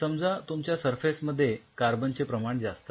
समजा तुमच्या सरफेस मध्ये कार्बनचे प्रमाण जास्त आहे